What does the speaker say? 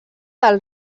del